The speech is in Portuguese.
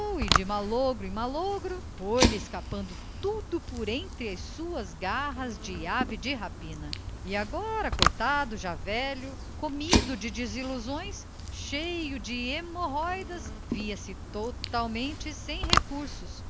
de malogro em malogro foi-lhe escapando tudo por entre as suas garras de ave de rapina e agora coitado já velho comido de desilusões cheio de hemorróidas via-se totalmente sem recursos